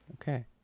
Okay